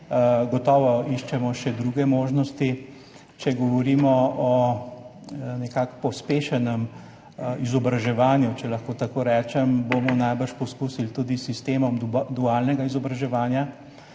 Gotovo iščemo še druge možnosti. Če govorimo o pospešenem izobraževanju, če lahko tako rečem, bomo najbrž poskusili tudi s sistemom dualnega izobraževanja,